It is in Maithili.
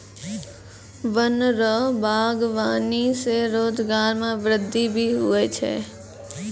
वन रो वागबानी से रोजगार मे वृद्धि भी हुवै छै